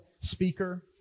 speaker